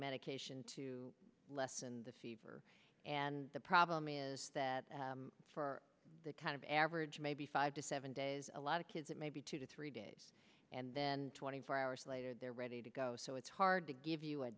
medication to lessen the fever and the problem is that for the kind of average maybe five to seven days a lot of kids it may be two to three days and then twenty four hours later they're ready to go so it's hard to give you a